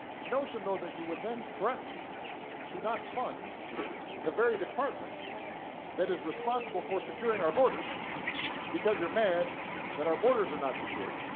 the notion, though, that you would then threaten to not fund the very department that is responsible for securing our borders because you're mad that our borders are not secured